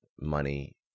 money